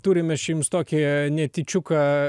turim mes čia jums tokį a netyčiuką